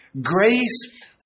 Grace